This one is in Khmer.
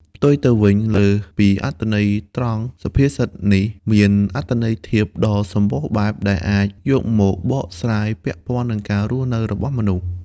ផ្ទុយទៅវិញ លើសពីអត្ថន័យត្រង់ សុភាសិតនេះមានអត្ថន័យធៀបដ៏សម្បូរបែប ដែលអាចយកមកបកស្រាយពាក់ព័ន្ធនឹងការរស់នៅរបស់មនុស្ស។